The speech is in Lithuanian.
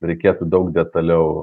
reikėtų daug detaliau